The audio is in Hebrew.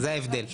זה ההבדל.